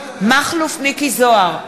בעד מכלוף מיקי זוהר,